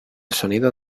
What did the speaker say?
sonido